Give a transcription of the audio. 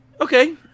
okay